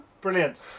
Brilliant